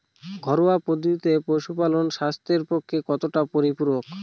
ঘরোয়া পদ্ধতিতে পশুপালন স্বাস্থ্যের পক্ষে কতটা পরিপূরক?